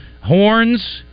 Horns